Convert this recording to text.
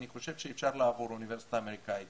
אני חושב שאפשר לעבור אוניברסיטה אמריקאית